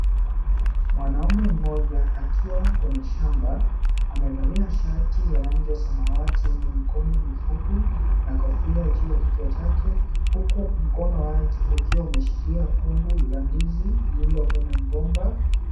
Mwanamme mmoja akiwa kwenye shamba, amevalia shati ya rangi ya samawati yenye mikono mifupi na kofia juu ya kichwa chake, huku mkono wake ukiwa umeshikilia kungu la ndizi lililo kwenye mgomba.